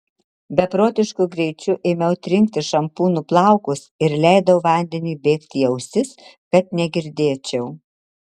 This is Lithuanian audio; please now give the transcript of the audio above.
beprotišku greičiu ėmiau trinkti šampūnu plaukus ir leidau vandeniui bėgti į ausis kad negirdėčiau